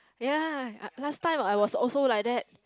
ya uh last time I was also like that